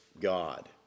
God